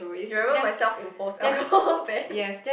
you remember my self impose alcohol ban